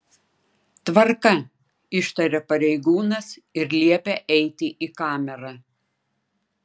tvarka ištaria pareigūnas ir liepia eiti į kamerą